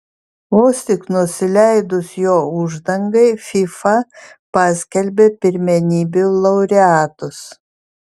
vos tik nusileidus jo uždangai fifa paskelbė pirmenybių laureatus